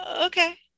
okay